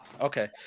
Okay